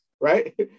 Right